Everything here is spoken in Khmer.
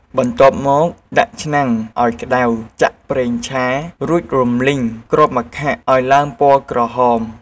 បន្ទាប់មក ដាក់ឆ្នាំងឲ្យក្ដៅ ចាក់ប្រេងឆា រួចរំលីងគ្រាប់ម្ខាក់ឲ្យឡើងពណ៌ក្រហម។